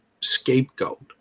scapegoat